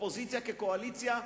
אופוזיציה כקואליציה,